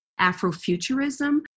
Afrofuturism